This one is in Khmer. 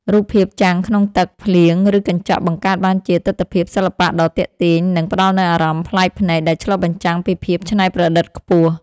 រូបភាពចាំងក្នុងទឹកភ្លៀងឬកញ្ចក់បង្កើតបានជាទិដ្ឋភាពសិល្បៈដ៏ទាក់ទាញ និង ផ្តល់នូវអារម្មណ៍ប្លែកភ្នែកដែលឆ្លុះបញ្ចាំងពីភាពច្នៃប្រឌិតខ្ពស់។